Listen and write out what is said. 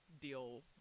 deal